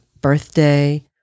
birthday